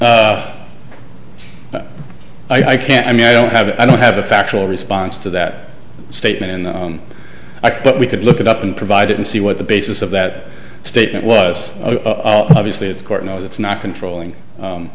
but i can't i mean i don't have i don't have a factual response to that statement and i but we could look it up and provide it and see what the basis of that statement was obviously this court knows it's not controlling